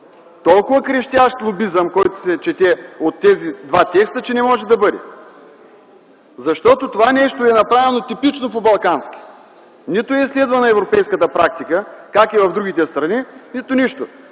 толкова крещящ лобизъм, който се чете от тези два текста, че не може да бъде. Защото това нещо е направено типично по балкански – нито е изследвана европейската практика как е в другите страни, нито нищо.